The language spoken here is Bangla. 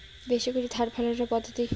বেশি করে ধান ফলানোর পদ্ধতি?